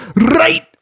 right